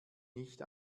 nicht